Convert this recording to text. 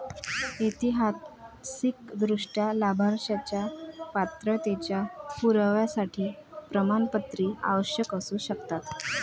ऐतिहासिकदृष्ट्या, लाभांशाच्या पात्रतेच्या पुराव्यासाठी प्रमाणपत्रे आवश्यक असू शकतात